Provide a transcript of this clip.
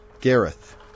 Gareth